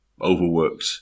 overworked